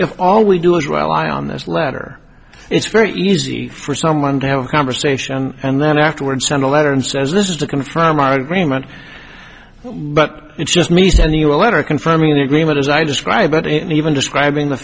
if all we do is well i on this letter it's very easy for someone to have a conversation and then afterwards send a letter and says this is to confirm our agreement but it's just me sending you a letter confirming the agreement as i describe it and even describing the